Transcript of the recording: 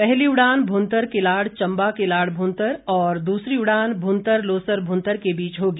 पहली उड़ान भुंतर किलाड़ चंबा किलाड़ भुंतर और दूसरी उड़ान भुंतर लोसर भुंतर के बीच होगी